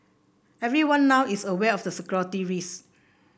everyone now is aware of the security risk